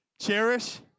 Cherish